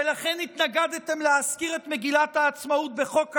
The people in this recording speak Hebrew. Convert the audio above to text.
ולכן התנגדתם להזכיר את מגילת העצמאות בחוק הלאום,